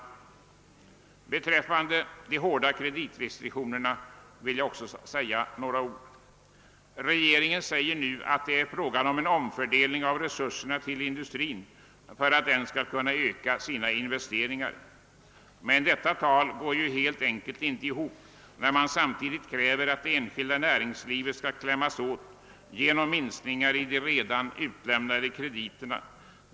Jag vill också säga några ord om de hårda kreditrestriktionerna. Regeringen gör gällande att man nu företar en omfördelning av resurserna för att industrin skall kunna öka sina investeringar. Detta resonemang går dock helt enkelt inte ihop, eftersom man samtidigt kräver att det enskilda näringslivet skall klämmas åt genom minskningar i redan beviljade krediter.